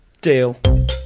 Deal